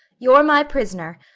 you're my prisoner,